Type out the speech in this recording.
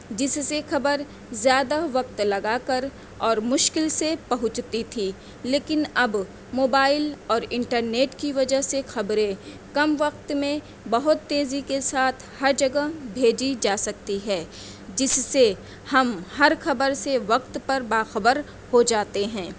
جس سے خبر زیادہ وقت لگا کر اور مشکل سے پہنچتی تھی لیکن اب موبائل اور انٹرنیٹ کی وجہ سے خبریں کم وقت میں بہت تیزی کے ساتھ ہر جگہ بھیجی جا سکتی ہے جس سے ہم ہر خبر سے وقت پر باخبر ہو جاتے ہیں